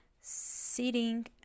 sitting